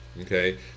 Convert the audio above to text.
okay